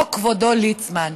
או כבודו ליצמן?